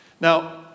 Now